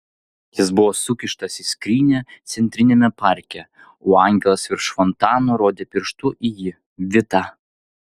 jis buvo sukištas į skrynią centriniame parke o angelas virš fontano rodė pirštu į jį vitą